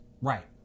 Right